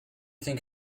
think